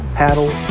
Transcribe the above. paddle